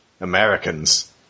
Americans